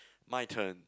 my turn